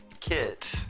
kit